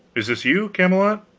is this you, camelot